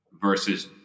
versus